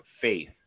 faith